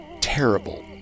Terrible